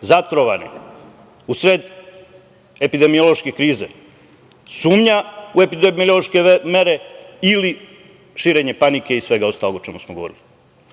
zatrovane u sred epidemiološke krize? Sumnja u epidemiološke mere ili širenja panike ili svega ostalog o čemu smo govorili?